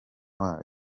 wayo